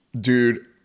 dude